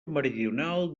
meridional